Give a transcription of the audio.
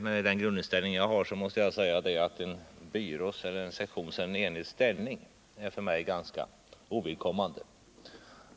Med den grundinställning jag har anser jag att en byrås, en sektions eller en enhets ställning är ganska ovidkommande.